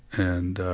and ah,